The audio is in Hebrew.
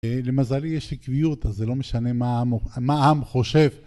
למזלי יש לי קביעות אז זה לא משנה מה העם חושב.